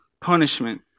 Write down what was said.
punishment